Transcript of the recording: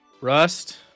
Rust